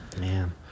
man